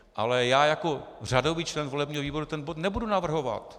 Ale já jako řadový člen volebního výboru ten bod nebudu navrhovat.